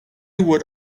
would